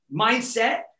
mindset